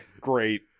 Great